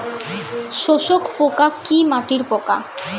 শোষক পোকা কি মাটির পোকা?